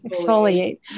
exfoliate